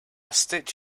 stitch